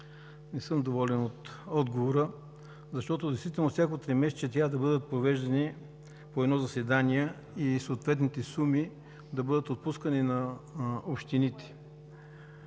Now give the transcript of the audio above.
не съм доволен от отговора, защото всяко тримесечие трябва да бъде провеждано по едно заседание и съответните суми да бъдат отпускани на общините.